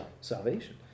salvation